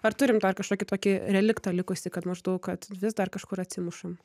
ar turim dar kažkokį tokį reliktą likusį kad maždaug kad vis dar kažkur atsimušam